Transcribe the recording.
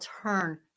turn